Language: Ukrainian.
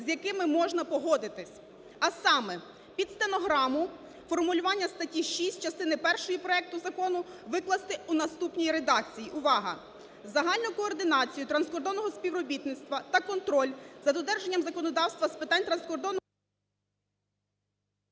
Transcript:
з якими можна погодитись. А саме, під стенограму, формулювання статті 6 частини першої проекту закону викласти у наступній редакції (увага!): "Загальну координацію транскордонного співробітництва та контроль за додержанням законодавства з питань транскордонного…" ГОЛОВУЮЧИЙ.